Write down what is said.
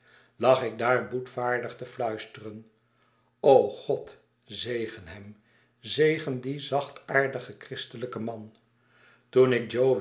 lag ik daar boetvaardig te fluisteren o god zegen hem zegen dien zachtaardigen christelijkeri man toen ik